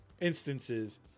instances